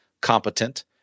competent